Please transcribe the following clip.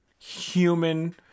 Human